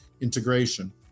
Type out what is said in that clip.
integration